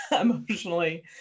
emotionally